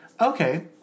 Okay